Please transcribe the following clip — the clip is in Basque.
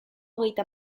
hogeita